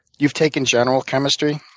you've taken general chemistry?